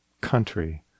country